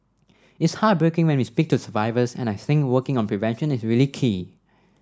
it's heartbreaking when we speak to survivors and I think working on prevention is really key